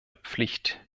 pflicht